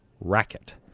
racket